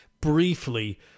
briefly